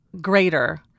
greater